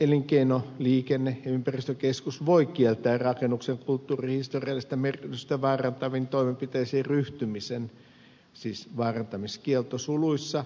elinkeino liikenne ja ympäristökeskus voi kieltää rakennuksen kulttuurihistoriallista merkitystä vaarantaviin toimenpiteisiin ryhtymisen